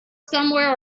somewhere